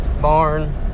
barn